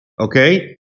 okay